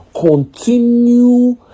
continue